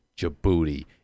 Djibouti